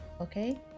okay